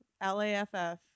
L-A-F-F